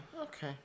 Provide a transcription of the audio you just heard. Okay